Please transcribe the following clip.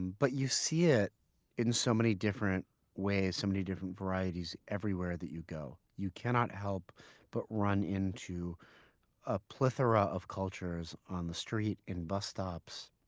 and but you see it in so many different ways, so many different varieties everywhere that you go. you cannot help but run into a plethora of cultures on the street, in bus stops,